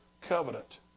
covenant